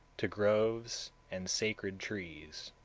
to groves and sacred trees.